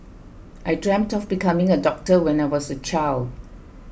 I dreamt of becoming a doctor when I was a child